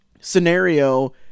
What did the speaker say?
scenario